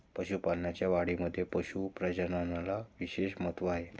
पशुपालनाच्या वाढीमध्ये पशु प्रजननाला विशेष महत्त्व आहे